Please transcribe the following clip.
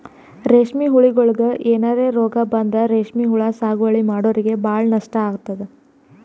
ರೇಶ್ಮಿ ಹುಳಗೋಳಿಗ್ ಏನರೆ ರೋಗ್ ಬಂದ್ರ ರೇಶ್ಮಿ ಹುಳ ಸಾಗುವಳಿ ಮಾಡೋರಿಗ ಭಾಳ್ ನಷ್ಟ್ ಆತದ್